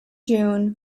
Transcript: june